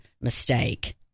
mistake